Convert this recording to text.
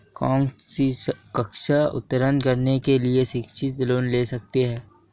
कौनसी कक्षा उत्तीर्ण करने के बाद शिक्षित लोंन ले सकता हूं?